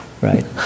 right